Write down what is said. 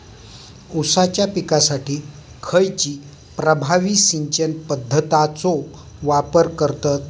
ऊसाच्या पिकासाठी खैयची प्रभावी सिंचन पद्धताचो वापर करतत?